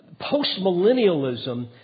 Postmillennialism